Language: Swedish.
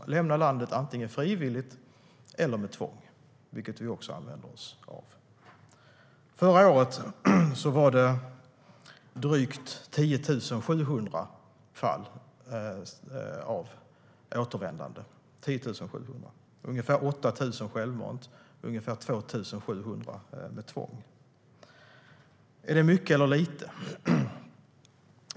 Man ska lämna landet antingen frivilligt eller under tvång, vilket vi också använder oss av. Förra året var det drygt 10 700 fall av återvändande. Ungefär 8 000 lämnade självmant, och ungefär 2 700 lämnade under tvång. Är det mycket eller lite?